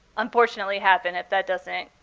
unfortunately, happen if that doesn't